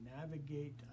navigate